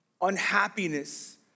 Unhappiness